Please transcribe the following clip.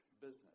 business